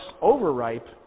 overripe